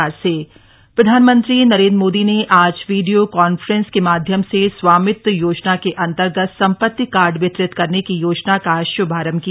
स्वामित्व योजना प्रधानमंत्री नरेंद्र मोदी ने आज वीडियो कांफ्रेंस के माध्यम से स्वामित्व योजना के अंतर्गत सम्पत्ति कार्ड वितरित करने की योजना का शुभारंभ किया